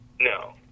No